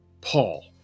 Paul